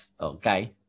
okay